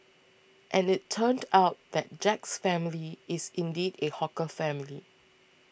and it turned out that Jack's family is indeed a hawker family